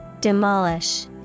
Demolish